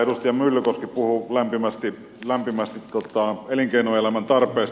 edustaja myllykoski puhui lämpimästi elinkeinoelämän tarpeista